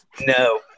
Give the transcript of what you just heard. No